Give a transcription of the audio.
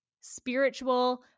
spiritual